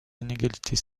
inégalités